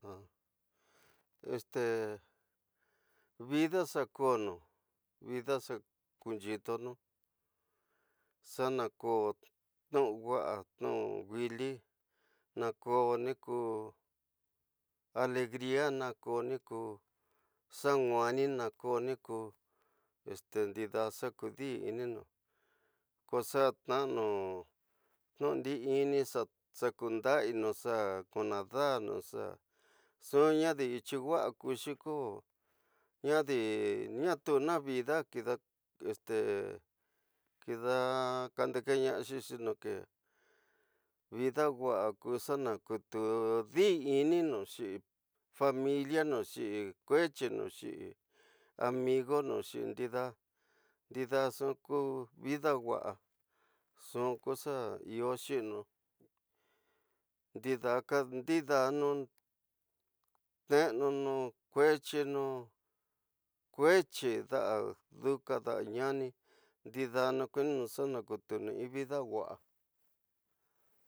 vida xa kono, vida xa kunyitunu xa ña ko ñnu ñwa ñnuñu wini ña ko ñi ñku ale grinako ñiku xa nwai nako niku ñndida xa ku ñdiniñu ko xa ñkaanu no ñdi ññi xa kundañinu, xa kundañanu, xa nxu ña diñti, ñwa ñkixi ko ñadi, ñatu ña vida ñida kida ñkadeñekenoaxi sinxo xe vida wa nku ña nkutu ñdiniñu xin ñneñu ñkula nxim ñkueñinu, ñxim ñmuñxo ñxim ñdañu, ñndida ñxu ñkida ñwa ñxu ko nxiñi nxu ñxiñu ñdanyi ññesu, ñkueñinu, ñkueñi ñda ñuni kada ñani ndidanu kuininu xa kutunu in vida wa'a.